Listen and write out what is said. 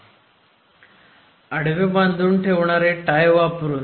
विद्यार्थी आडवे बांधून ठेवणारे टाय वापरुन आडवे बांधून ठेवणारे टाय वापरुन हो